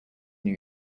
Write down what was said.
new